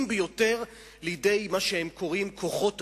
ביותר לידי מה שהם קוראים כוחות השוק,